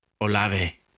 Olave